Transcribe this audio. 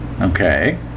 Okay